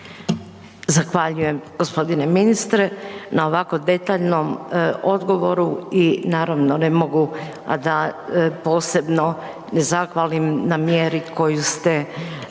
Zahvaljujem gospodine ministre na ovako detaljnom odgovoru i naravno ne mogu, a da posebno ne zahvalim na mjeri koju ste